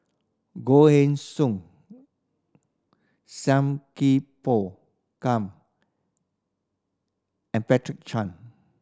Goh Heng Soon Sam Kee Pao Kun and Chan